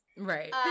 Right